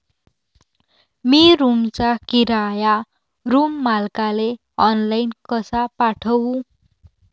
मी रूमचा किराया रूम मालकाले ऑनलाईन कसा पाठवू?